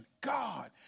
God